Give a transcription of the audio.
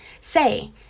say